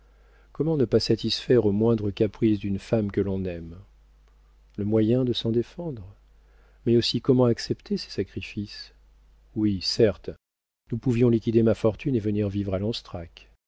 ne pas satisfaire aux moindres caprices d'une femme que l'on aime le moyen de s'en défendre mais aussi comment accepter ces sacrifices oui certes nous pouvions liquider ma fortune et venir vivre à